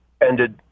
ended